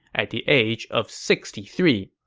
at the age of sixty three